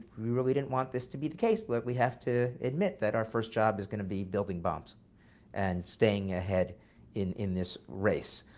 we really didn't want this to be the case, but we have to admit that our first job is going to be building bombs and staying ahead in in this race.